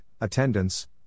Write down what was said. attendance